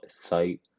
Site